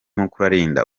mukuralinda